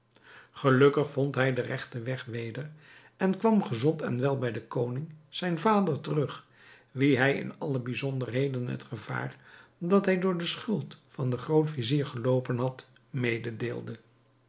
gelukkig vond hij den regten weg weder en kwam gezond en wel bij den koning zijn vader terug wien hij in alle bijzonderheden het gevaar dat hij door de schuld van den groot-vizier geloopen had